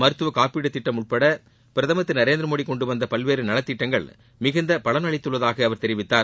மருத்துவ காப்பீடு திட்டம் உள்பட பிரதமர் திரு நரேந்திர மோடி கொண்டுவந்த பல்வேறு நலத்திட்டங்கள் மிகுந்த பலன் அளித்துள்ளதாக அவர் தெரிவித்தார்